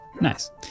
Nice